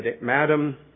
Madam